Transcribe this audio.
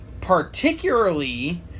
Particularly